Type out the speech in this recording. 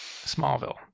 Smallville